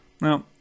Now